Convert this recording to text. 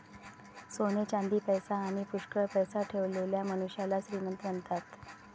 सोने चांदी, पैसा आणी पुष्कळ पैसा ठेवलेल्या मनुष्याला श्रीमंत म्हणतात